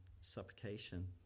supplication